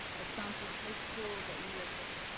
estancia high school that we are just,